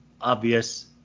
obvious